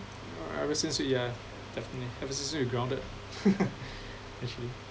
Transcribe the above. ever since we uh definitely have a grounded actually